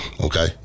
okay